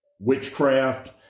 Witchcraft